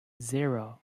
zero